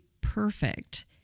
perfect